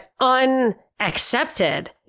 unaccepted